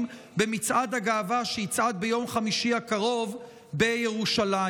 במצעד הגאווה שיצעד ביום חמישי הקרוב בירושלים.